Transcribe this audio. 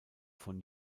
von